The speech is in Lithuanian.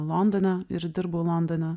londone ir dirbau londone